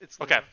Okay